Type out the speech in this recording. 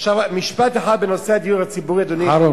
עכשיו משפט אחד בנושא הדיור הציבורי, אדוני.